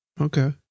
Okay